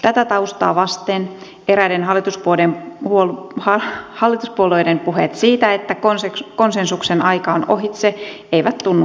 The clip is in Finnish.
tätä taustaa vasten eräiden hallituspuolueiden puheet siitä että konsensuksen aika on ohitse eivät tunnu hyvältä